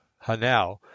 Hanau